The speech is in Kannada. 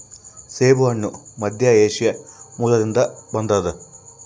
ಸೇಬುಹಣ್ಣು ಮಧ್ಯಏಷ್ಯಾ ಮೂಲದಿಂದ ಬಂದದ